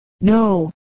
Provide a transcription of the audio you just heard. No